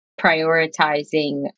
prioritizing